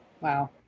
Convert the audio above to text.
Wow